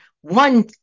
one